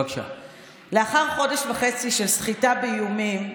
לאחר חודש וחצי של סחיטה באיומים,